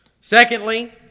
Secondly